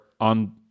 on